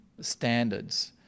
standards